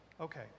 Okay